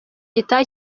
gitaha